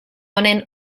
honen